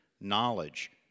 knowledge